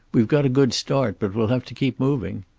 we've got a good start, but we'll have to keep moving.